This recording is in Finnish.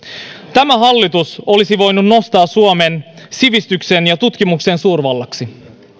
tämä hallitus olisi voinut nostaa suomen sivistyksen ja tutkimuksen suurvallaksi